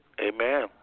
Amen